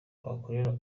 abakora